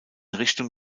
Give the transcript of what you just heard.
richtung